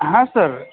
હાં સર